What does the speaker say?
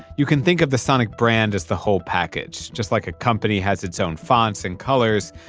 you can think of the sonic brand as the whole package, just like a company has its own fonts and colors.